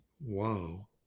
Wow